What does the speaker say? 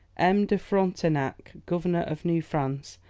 m. de frontenac, governor of new france,